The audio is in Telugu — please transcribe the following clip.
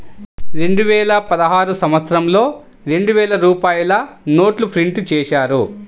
రెండువేల పదహారు సంవత్సరంలో రెండు వేల రూపాయల నోట్లు ప్రింటు చేశారు